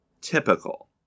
typical